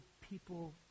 people